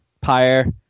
pyre